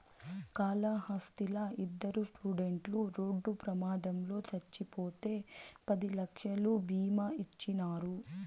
కాళహస్తిలా ఇద్దరు స్టూడెంట్లు రోడ్డు ప్రమాదంలో చచ్చిపోతే పది లక్షలు బీమా ఇచ్చినారు